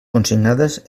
consignades